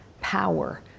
power